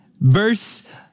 Verse